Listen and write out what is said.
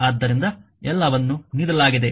ಆದ್ದರಿಂದ ಎಲ್ಲವನ್ನೂ ನೀಡಲಾಗಿದೆ